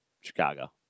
Chicago